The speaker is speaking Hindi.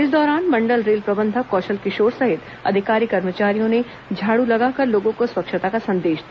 इस दौरान मंडल रेल प्रबंधक कौशल किशोर सहित अधिकारी कर्मचारियों ने झाड़ू लगाकर लोगों को स्वच्छता का संदेश दिया